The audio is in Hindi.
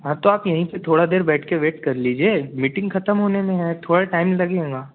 हाँ तो आप यहीं पर थोड़ा देर बैठ कर वेट कर लीजिए मीटिंग ख़त्म होने में है थोड़ा टाइम लगेगा